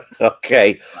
Okay